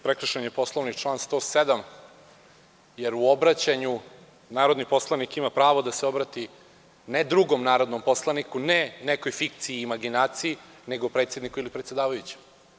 Prekršen je Poslovnik član 107. jer u obraćanju narodni poslanik ima pravo da se obrati ne drugom narodnom poslaniku, ne nekoj fikciji i imaginaciji, nego predsedniku ili predsedavajućem.